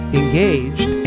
engaged